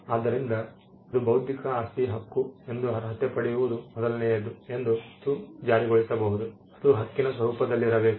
ಆದ್ದರಿಂದ ಅದು ಬೌದ್ಧಿಕ ಆಸ್ತಿಯ ಹಕ್ಕು ಎಂದು ಅರ್ಹತೆ ಪಡೆಯುವುದು ಮೊದಲನೆಯದು ಅದು ಜಾರಿಗೊಳಿಸಬೇಕು ಅದು ಹಕ್ಕಿನ ಸ್ವರೂಪದಲ್ಲಿರಬೇಕು